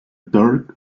dirk